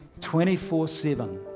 24-7